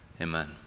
amen